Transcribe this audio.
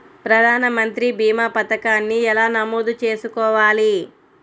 ప్రధాన మంత్రి భీమా పతకాన్ని ఎలా నమోదు చేసుకోవాలి?